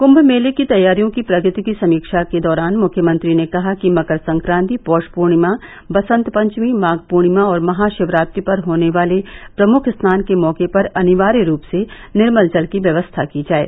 कुंभ मेले की तैयारियों की प्रगति की समीक्षा के दौरान मुख्यमंत्री ने कहा कि मकर संक्रांति पौ ा पूर्णिमा बसंत पंचमी माघ पूर्णिमा और महाशिवरात्रि पर होने वाले प्रमुख स्नान के मौके पर अनिवार्य रूप से निर्मल जल की व्यवस्था की जाये